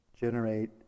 generate